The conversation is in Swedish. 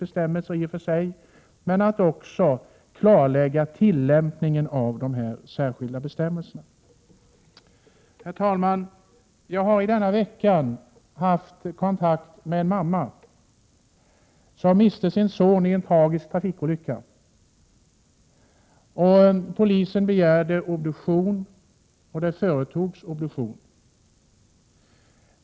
Det finns i och för sig bestämmelser, men man bör också klarlägga tillämpningen av de särskilda bestämmelserna. Herr talman! Jag har i denna vecka haft kontakt med en mamma som miste sin son i en tragisk trafikolycka. Polisen begärde obduktion, och det företogs obduktion.